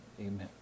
Amen